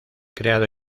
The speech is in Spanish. creado